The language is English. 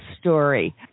story